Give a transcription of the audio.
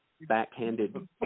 backhanded